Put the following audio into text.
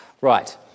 Right